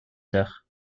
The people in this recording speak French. sœurs